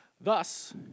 Thus